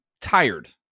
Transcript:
tired